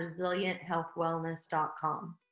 resilienthealthwellness.com